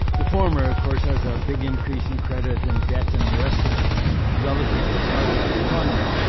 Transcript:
the former of course, has a big increase in credit and debt and the rest of it relative to the size of the economy.